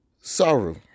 Saru